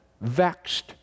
vexed